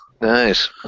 Nice